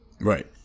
Right